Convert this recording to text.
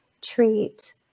treat